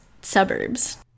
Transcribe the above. suburbs